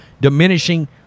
diminishing